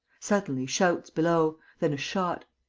suddenly, shouts below. then a shot.